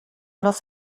los